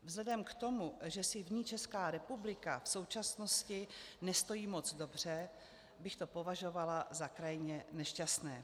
Vzhledem k tomu, že si v ní Česká republika v současnosti nestojí moc dobře, bych to považovala za krajně nešťastné.